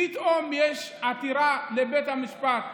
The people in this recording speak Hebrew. פתאום יש עתירה לבית המשפט,